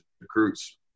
recruits